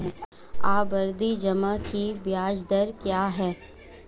आवर्ती जमा की ब्याज दर क्या है?